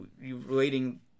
Relating